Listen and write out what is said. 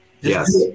Yes